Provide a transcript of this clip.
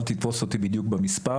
אל תתפוס אותי בדיוק במספר,